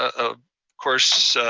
of course,